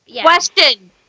Question